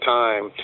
time